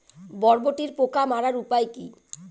বরবটির পোকা মারার উপায় কি?